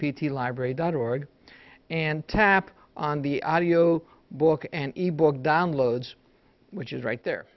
p t library dot org and tap on the audio book an e book downloads which is right there